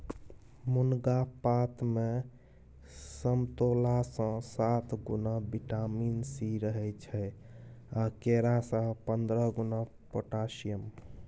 मुनगा पातमे समतोलासँ सात गुणा बिटामिन सी रहय छै आ केरा सँ पंद्रह गुणा पोटेशियम